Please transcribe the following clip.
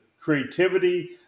creativity